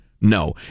No